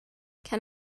can